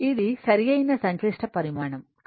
ఇది సరైన సంక్లిష్ట పరిమాణం